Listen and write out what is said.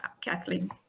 Kathleen